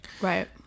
right